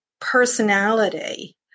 personality